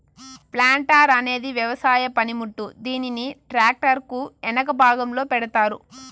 planter అనేది వ్యవసాయ పనిముట్టు, దీనిని ట్రాక్టర్ కు ఎనక భాగంలో పెడతారు